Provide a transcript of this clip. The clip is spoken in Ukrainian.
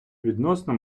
відносно